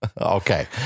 Okay